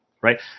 right